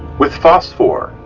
with phosphor,